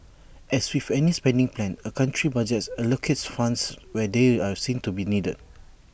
as with any spending plan A country's budget allocates funds where they are seen to be needed